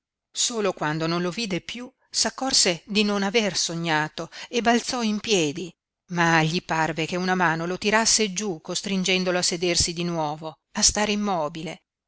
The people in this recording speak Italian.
solo quando non lo vide piú s'accorse di non aver sognato e balzò in piedi ma gli parve che una mano lo tirasse giú costringendolo a sedersi di nuovo a stare immobile